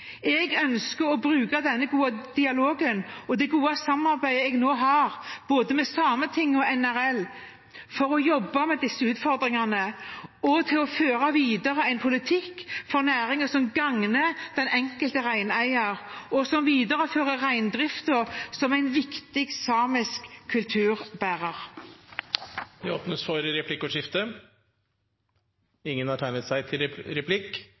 Jeg ønsker å bruke den gode dialogen og det gode samarbeidet jeg nå har med både Sametinget og NRL, til å jobbe med disse utfordringene og til å føre videre en politikk for næringen som gagner den enkelte reineier, og som viderefører reindriften som en viktig samisk kulturbærer.